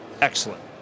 Excellent